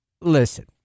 Listen